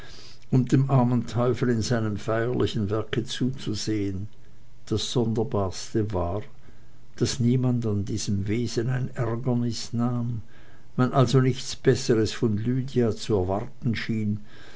um dem armen teufel in seinem feierlichen werke zuzusehen das sonderbarste war daß niemand an diesem wesen ein ärgernis nahm man also nichts besseres von lydia zu erwarten schien